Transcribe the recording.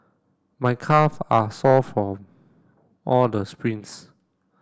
my calve are sore from all the sprints